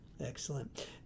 Excellent